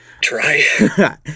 try